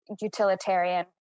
utilitarian